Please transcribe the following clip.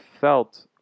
felt